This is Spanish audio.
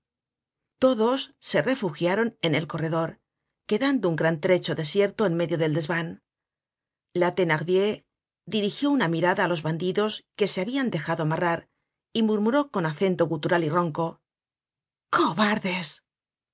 todos se refugiaron en el corredor quedando un gran trecho desierto en medio del desvan la thenardier dirigió una mirada á los bandidos que se habian dejado amarrar y murmuró con acento gutural y ronco cobardes